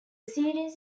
series